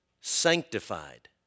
sanctified